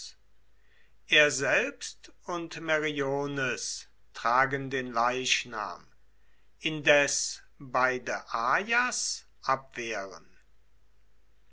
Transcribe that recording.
er selbst und meriones tragen den leichnam indes beide ajas abwehren